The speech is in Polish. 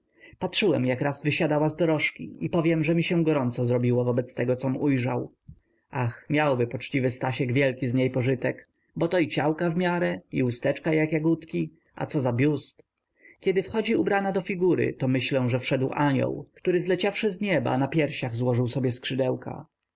patrzyłem jak raz wysiadała z dorożki i powiem że mi się gorąco zrobiło wobec tego com ujrzał ach miałby poczciwy stasiek wielki z niej pożytek bo to i ciałka w miarę i usteczka jak jagódki a co za biust kiedy wchodzi ubrana do figury to myślę że wszedł anioł który zleciawszy z nieba na piersiach złożył sobie skrzydełka